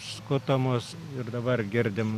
skutamos ir dabar girdim